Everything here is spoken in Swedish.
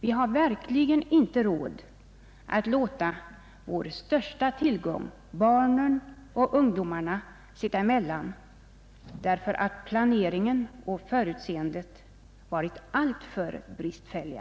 Vi har verkligen inte råd att låta vår största tillgång, barnen och ungdomen, sitta emellan därför att planeringen och förutseendet varit alltför bristfälliga.